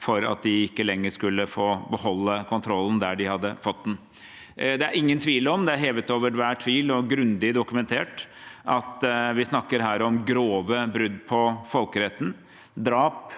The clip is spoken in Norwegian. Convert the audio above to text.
for at de ikke lenger skulle få beholde kontrollen der de hadde fått den. Det er ingen tvil om – det er hevet over enhver tvil og grundig dokumentert – at vi her snakker om grove brudd på folkeretten, drap,